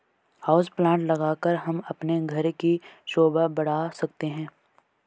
house plant लगाकर हम अपने घर की शोभा बढ़ा सकते हैं